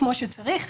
כמו שצריך,